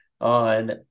on